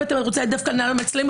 אם אתה רוצה לדבר דווקא על נוהל מצלמות,